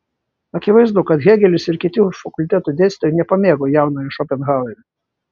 akivaizdu kad hėgelis ir kiti fakulteto dėstytojai nepamėgo jaunojo šopenhauerio